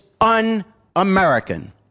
un-American